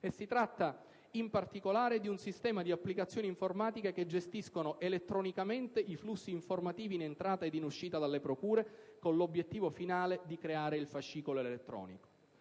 Si tratta in particolare di un sistema di applicazioni informatiche che gestiscono elettronicamente i flussi informativi in entrata e in uscita dalla procure, con l'obbiettivo finale di creare il fascicolo elettronico.